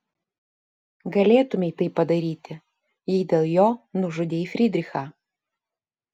galėtumei tai padaryti jei dėl jo nužudei frydrichą